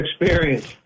experience